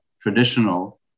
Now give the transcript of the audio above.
traditional